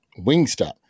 Wingstop